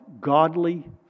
godly